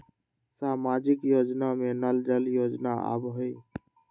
सामाजिक योजना में नल जल योजना आवहई?